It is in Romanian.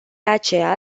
aceea